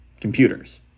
computers